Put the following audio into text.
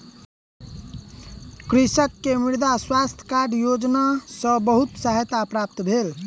कृषक के मृदा स्वास्थ्य कार्ड योजना सॅ बहुत सहायता प्राप्त भेल